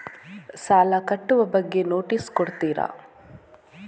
ಸಾಲ ಕಟ್ಟುವ ಬಗ್ಗೆ ನೋಟಿಸ್ ಕೊಡುತ್ತೀರ?